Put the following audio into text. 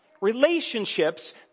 Relationships